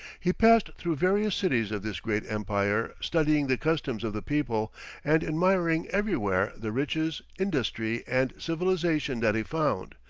he passed through various cities of this great empire, studying the customs of the people and admiring everywhere the riches, industry, and civilization that he found,